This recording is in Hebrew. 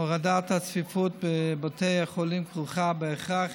הורדת הצפיפות בבתי חולים כרוכה בהכרח